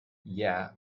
yeah